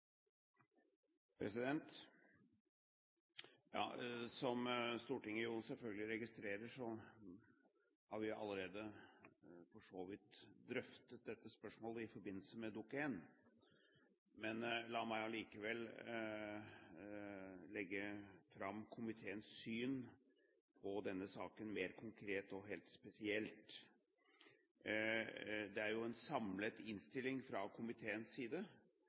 10. Som Stortinget selvfølgelig registrerer, har vi for så vidt allerede drøftet dette spørsmålet i forbindelse med behandlingen av Dokument 1 for 2010–2011, men la meg likevel legge fram komiteens syn på denne saken mer konkret og helt spesielt. Det er en enstemmig innstilling fra komiteens side,